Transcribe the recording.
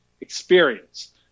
Experience